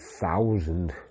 thousand